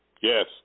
Yes